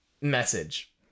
message